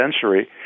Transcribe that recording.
century